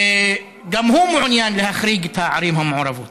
וגם הוא מעוניין להחריג את הערים המעורבות,